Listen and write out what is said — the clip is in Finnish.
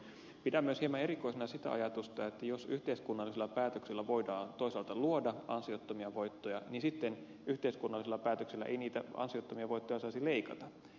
pidän myös hieman erikoisena sitä ajatusta että jos yhteiskunnallisella päätöksellä voidaan toisaalta luoda ansiottomia voittoja niin sitten yhteiskunnallisilla päätöksillä ei niitä ansiottomia voittoja saisi leikata